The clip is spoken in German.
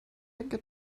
denke